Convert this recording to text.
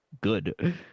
good